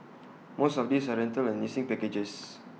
most of these are rental and leasing packages